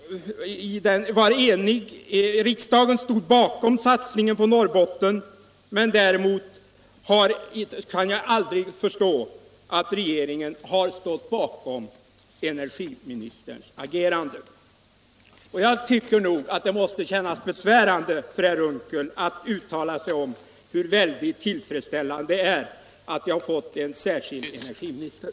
Riksdagen stod bakom satsningen på Norrbotten, däremot kan jag aldrig förstå att regeringen har stått bakom energiministerns agerande. Det måste nog kännas besvärande för herr Unckel att uttala sig om hur väldigt tillfredsställande det är att ha fått en särskild energiminister.